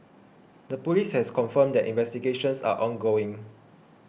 the police has confirmed that investigations are ongoing